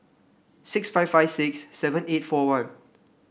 six five five six seven eight four one